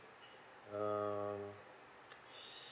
uh